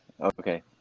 Okay